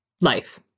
life